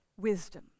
wisdom